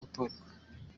gutorwa